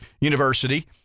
university